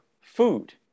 Food